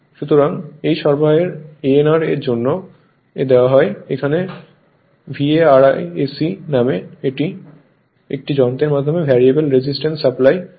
সুতরাং এই সরবরাহ anr এর জন্য দেওয়া হয় এখানে VARIAC নামে একটি যন্ত্রের মাধম্যে ভ্যারিয়েবল রেজিস্ট্যান্স সাপ্লাই তৈরি করা হয়